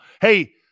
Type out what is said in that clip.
Hey